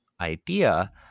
idea